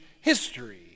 history